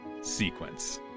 sequence